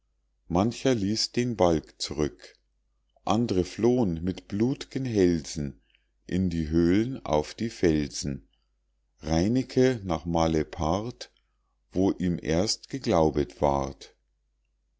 mancher ließ den balg zurück andre flohn mit blut'gen hälsen in die höhlen auf die felsen reinecke nach malepart wo ihm erst geglaubet ward